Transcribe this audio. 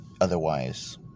otherwise